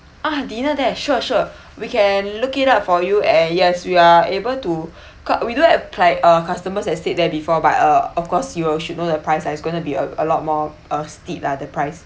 ah dinner there sure sure we can look it up for you and yes we are able to cau~ we do have like uh customers that stayed there before but uh of course you'll should know the price lah it's going to be a a lot more of steep lah the price